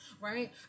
right